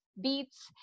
Beets